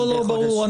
ברור.